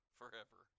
forever